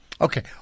Okay